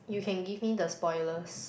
you can give me the spoilers